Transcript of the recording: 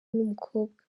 n’umukobwa